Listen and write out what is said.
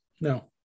No